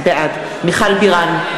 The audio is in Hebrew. בעד מיכל בירן,